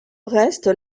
reste